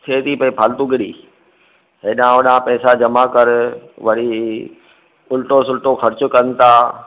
थिए थी भई फ़ालतू गिरी हेॾां होॾां पैसा जमा कर वरी हीउ उल्टो सुल्टो ख़र्चु कनि था